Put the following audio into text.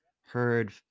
heard